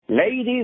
Ladies